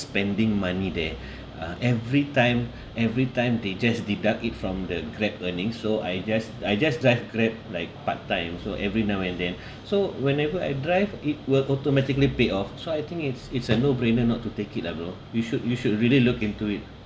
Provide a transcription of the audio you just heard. spending money there uh everytime everytime they just deduct it from the grab earnings so I just I just drive grab like part time so every now and then so whenever I drive it will automatically pay off so I think it's it's a no brainer not to take it lah bro you should you should really look into it